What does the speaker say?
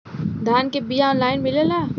धान के बिया ऑनलाइन मिलेला?